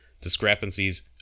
discrepancies